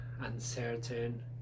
uncertain